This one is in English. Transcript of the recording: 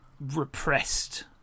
repressed